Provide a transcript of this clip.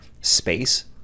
space